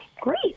Great